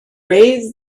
raise